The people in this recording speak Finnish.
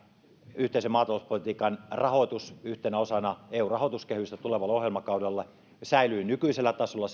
yhteisen maatalouspolitiikan rahoitus yhtenä osana eun rahoituskehystä tulevalla ohjelmakaudella säilyy nykyisellä tasolla